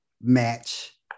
match